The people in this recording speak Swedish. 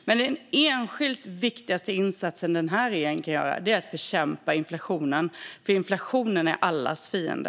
Men den enskilt viktigaste insatsen regeringen kan göra är att bekämpa inflationen, för inflationen är allas fiende.